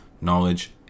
knowledge